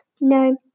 No